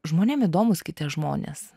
žmonėm įdomūs kiti žmonės